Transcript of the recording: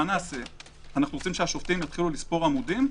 מה נעשה אנחנו רוצים שהשופטים יתחילו לספור עמודים?